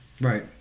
Right